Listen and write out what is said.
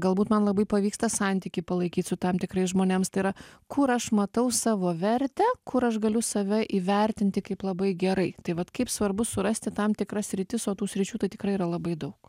galbūt man labai pavyksta santykį palaikyt su tam tikrais žmonėms tai yra kur aš matau savo vertę kur aš galiu save įvertinti kaip labai gerai tai vat kaip svarbu surasti tam tikras sritis o tų sričių tai tikrai yra labai daug